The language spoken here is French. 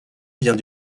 vient